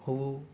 हुओ